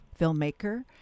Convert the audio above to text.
filmmaker